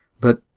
But